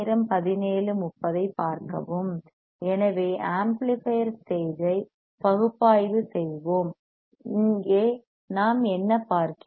எனவே amplifier stage ஐ பகுப்பாய்வு செய்வோம் இங்கே நாம் என்ன பார்க்கிறோம்